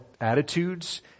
attitudes